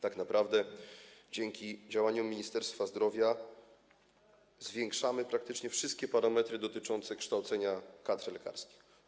Tak naprawdę dzięki działaniom Ministerstwa Zdrowia zwiększamy praktycznie wszystkie parametry dotyczące kształcenia kadry lekarskiej.